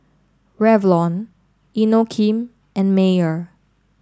Revlon Inokim and Mayer